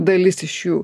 dalis iš jų